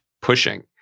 pushing